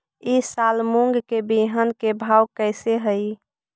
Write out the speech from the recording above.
ई साल मूंग के बिहन के भाव कैसे हई?